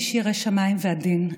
איש ירא שמיים ועדין,